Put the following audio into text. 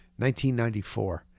1994